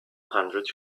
hundred